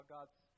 God's